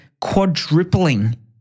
quadrupling